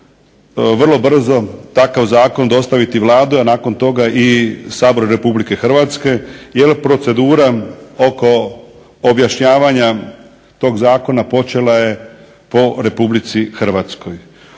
vrlo brzo takav zakon dostaviti Vladi, a nakon toga i Saboru Republike Hrvatske jer procedura oko objašnjavanja tog zakona počela je po Republici Hrvatskoj.